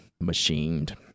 machined